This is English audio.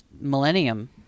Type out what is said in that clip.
millennium